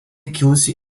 kilusi